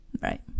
Right